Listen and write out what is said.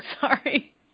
sorry